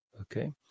Okay